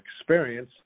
experience